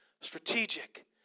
strategic